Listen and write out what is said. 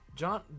John